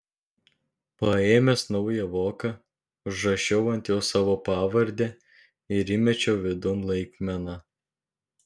paėmęs naują voką užrašiau ant jo savo pavardę ir įmečiau vidun laikmeną